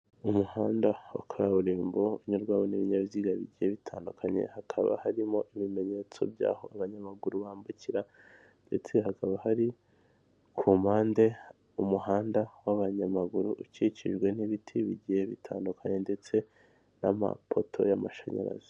Umuhanda wa kaburimbo unyurwaho n'ibinyabiziga bigiye bitandukanye, hakaba harimo ibimenyetso by'aho abanyamaguru bambukira ndetse hakaba hari ku mpande umuhanda w'abanyamaguru ukikijwe n'ibiti bigiye bitandukanye ndetse n'amapoto y'amashanyarazi.